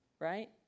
right